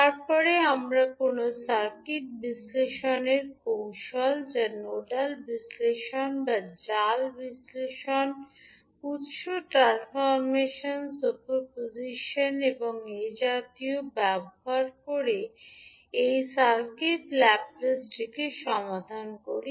তারপরে আমরা কোনও সার্কিট বিশ্লেষণ কৌশল যা নোডাল বিশ্লেষণ বা জাল বিশ্লেষণ উত্স ট্রান্সফর্মেশন সুপারপজিশন এবং এ জাতীয় ব্যবহার করে এই সার্কিট ল্যাপেলটি সমাধান করি